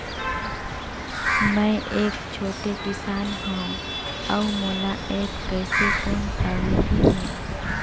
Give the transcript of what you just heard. मै एक छोटे किसान हव अउ मोला एप्प कइसे कोन सा विधी मे?